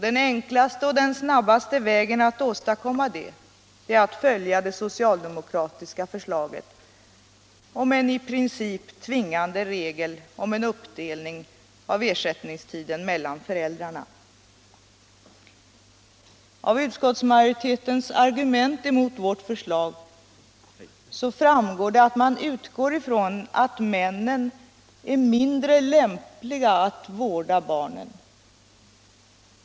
Den enklaste och snabbaste vägen att åstadkomma det är att följa det socialdemokratiska förslaget om en i princip tvingande regel om en uppdelning av ersättningstiden mellan föräldrarna. Av utskottsmajoritetens argument mot vårt förslag framgår att man utgår från att männen är mindre lämpliga att vårda barnen.